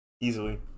Easily